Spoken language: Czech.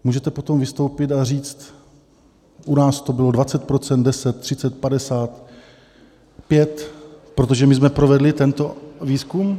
Můžete potom vystoupit a říct: U nás to bylo 20 %, 10, 30, 50, 5, protože my jsme provedli tento výzkum?